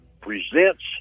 presents